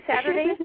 Saturday